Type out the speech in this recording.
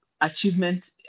achievement